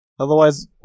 Otherwise